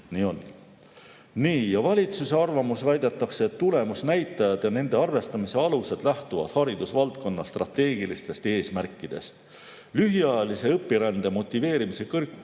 Nii on. Valitsuse arvamuses väidetakse, et tulemusnäitajad ja nende arvestamise alused lähtuvad haridusvaldkonna strateegilistest eesmärkidest. Lühiajalise õpirände motiveerimise kõrgkooli